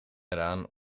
eraan